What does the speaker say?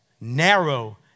narrow